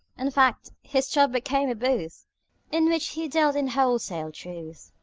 in fact, his tub became a booth in which he dealt in wholesale truth.